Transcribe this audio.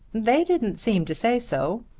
they didn't seem to say so.